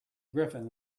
griffin